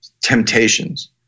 temptations